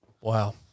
Wow